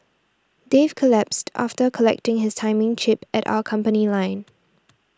Dave collapsed after collecting his timing chip at our company line